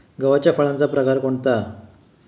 गव्हाच्या फळाचा प्रकार कोणता?